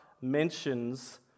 mentions